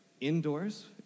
indoors